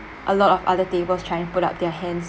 a lot of other tables trying to put up their hands